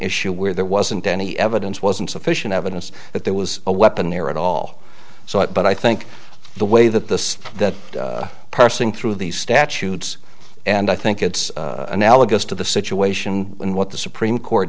issue where there wasn't any evidence wasn't sufficient evidence that there was a weapon there at all so it but i think the way that this that parsing through these statutes and i think it's analogous to the situation and what the supreme court